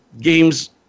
games